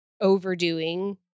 overdoing